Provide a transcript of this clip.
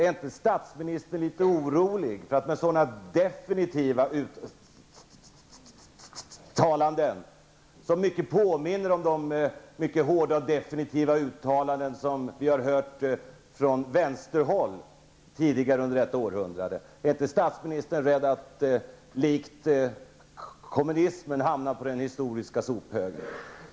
Är inte statsministern litet orolig för att med sådana definitiva uttalanden, som mycket påminner om de hårda och definitiva uttalanden som vi har hört från vänsterhåll tidigare under detta århundrande, hamna på den historiska sophögen likt kommunismen?